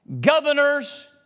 governors